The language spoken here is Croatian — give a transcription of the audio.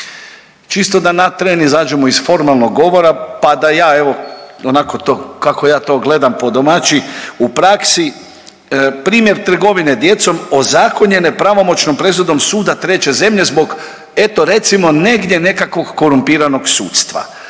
Čisto da na tren izađemo iz formalnog govora pa da ja, evo, onako to kako ja to gledam po domaći, u praksi, primjer trgovine djecom ozakonjene pravomoćnom presudom suda treće zemlje zbog, eto, recimo, negdje nekakvog korumpiranog sudstva.